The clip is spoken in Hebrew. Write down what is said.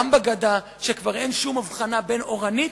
גם בגדה, כשכבר אין שום הבחנה בין אורנית,